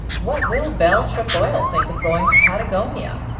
what will bell trefoil think of going to patagonia?